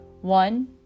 One